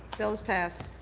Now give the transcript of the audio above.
bill is passed.